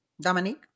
Dominique